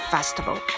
Festival